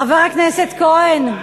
חברי חברי הכנסת, חבר הכנסת כהן,